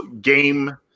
game